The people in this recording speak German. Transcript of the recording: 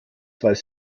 weiß